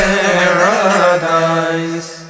Paradise